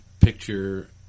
picture